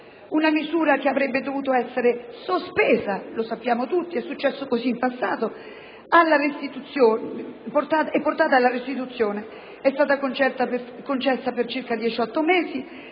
una misura che avrebbe dovuto essere sospesa - lo sappiamo tutti, così è successo in passato - e portata alla restituzione. È stata concessa per circa 18 mesi,